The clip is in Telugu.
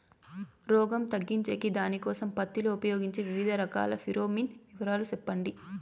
రోగం తగ్గించేకి దానికోసం పత్తి లో ఉపయోగించే వివిధ రకాల ఫిరోమిన్ వివరాలు సెప్పండి